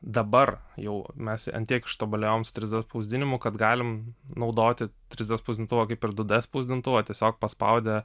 dabar jau mes ant tiek ištobulėjom su trys d spausdinimu kad galime naudoti trys d spausdintuvą kaip ir du d spausdintuvą tiesiog paspaudę